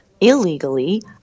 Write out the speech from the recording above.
illegally